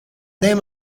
then